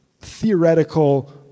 theoretical